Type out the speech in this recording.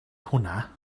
hwnna